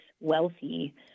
wealthy